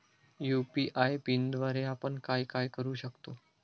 UPI पिनद्वारे आपण काय काय करु शकतो?